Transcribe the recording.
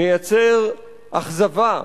מייצר אכזבה,